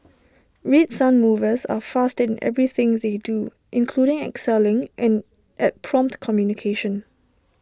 red sun movers are fast in everything they do including excelling in at prompt communication